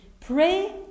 Pray